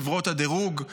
חברות הדירוג?